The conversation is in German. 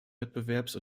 wettbewerbs